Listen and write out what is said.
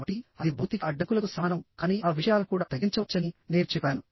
కాబట్టిఅది భౌతిక అడ్డంకులకు సమానం కానీ ఆ విషయాలను కూడా తగ్గించవచ్చని నేను చెప్పాను